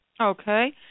Okay